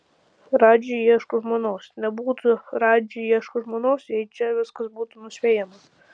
radži ieško žmonos nebūtų radži ieško žmonos jei čia viskas būtų nuspėjama